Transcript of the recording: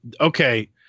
okay